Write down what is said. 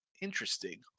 interesting